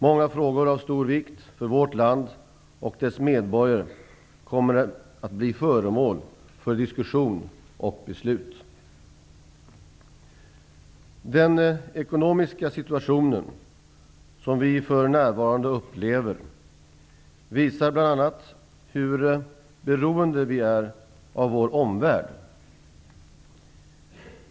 Många frågor av stor vikt för vårt land och dess medborgare kommer att bli föremål för diskussion och beslut. Den ekonomiska situation som vi för närvarande upplever visar bl.a. hur beroende vi är av vår omvärld.